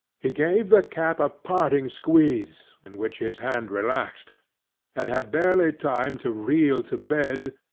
he gave the cap a parting squeeze, in which his hand relaxed and had barely time to reel to bed,